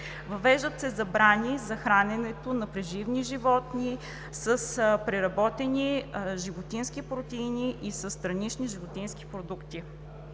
Въвеждат се забрани за храненето на преживни животни с преработени животински протеини и със странични животински продукти.